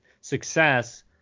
success